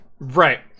Right